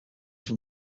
from